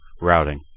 routing